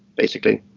basically.